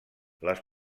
les